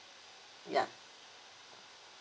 ya